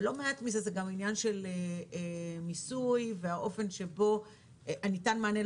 ולא מעט מזה זה גם עניין של מיסוי והאופן שבו ניתן מענה.